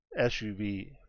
SUV